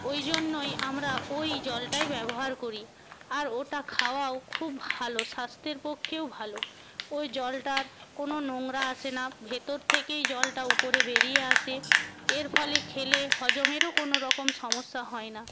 ওই জন্যই আমরা ওই জলটাই ব্যবহার করি আর ওটা খাওয়াও খুব ভালো স্বাস্থ্যের পক্ষেও ভালো ওই জলটার কোনো নোংরা আসে না ভেতর থেকেই জলটা উপরে বেরিয়ে আসে এর ফলে খেলে হজমেরও কোনো রকম সমস্যা হয় না